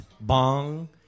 bong